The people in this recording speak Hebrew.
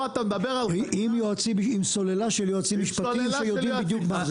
פה אתה מדבר על --- עם סוללה של יועצים משפטיים שיודעים בדיוק מה זה.